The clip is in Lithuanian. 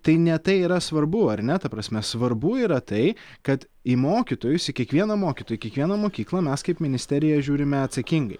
tai ne tai yra svarbu ar ne ta prasme svarbu yra tai kad į mokytojus į kiekvieną mokytoją į kiekviena mokyklą mes kaip ministerija žiūrime atsakingai